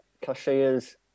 cashiers